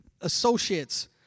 associates